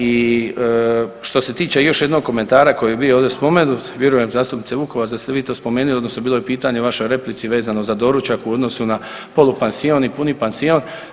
I što se tiče još jednog komentara koji je bio ovdje spomenut, vjerujem zastupnice Vukovac da ste vi to spomenuli odnosno bilo je pitanje u vašoj replici vezano za doručak u odnosu na polupansion i puni pansion.